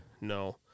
No